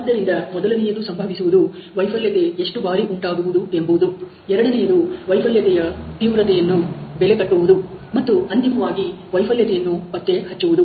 ಆದ್ದರಿಂದ ಮೊದಲನೆಯದು ಸಂಭವಿಸುವುದು ವೈಫಲ್ಯತೆ ಎಷ್ಟು ಬಾರಿ ಉಂಟಾಗುವುದು ಎಂಬುದು ಎರಡನೆಯದು ವೈಫಲ್ಯತೆಯ ತೀವ್ರತೆಯನ್ನು ಬೆಲೆ ಕಟ್ಟುವುದು ಮತ್ತು ಅಂತಿಮವಾಗಿ ವೈಫಲ್ಯತೆಯನ್ನು ಪತ್ತೆ ಹಚ್ಚುವುದು